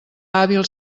hàbil